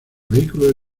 vehículo